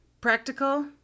practical